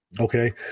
Okay